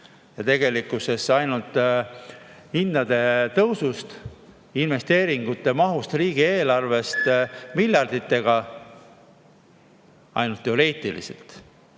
tegelikkuses ainult hindade tõusust, investeeringute mahust, riigieelarvest, miljarditest – ainult teoreetiliselt.